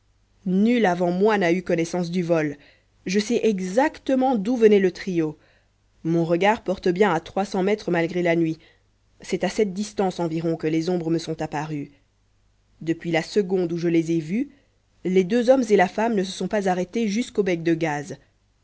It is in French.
nul avant moi n'a eu connaissance du vol je sais exactement d'où venait le trio mon regard porte bien à trois cents mètres malgré la nuit c'est à cette distance environ que les ombres me sont apparues depuis la seconde où je les ai vus les deux hommes et la femme ne se sont pas arrêtés jusqu'au bec de gaz